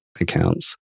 accounts